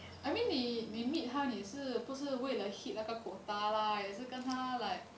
I mean 你你 meet 他你也是不是为了 hit 那个 quota 啦也是跟他 like